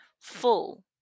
full